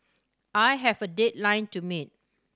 I have a deadline to meet